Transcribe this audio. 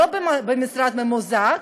לא במשרד ממוזג,